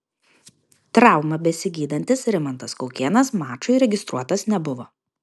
traumą besigydantis rimantas kaukėnas mačui registruotas nebuvo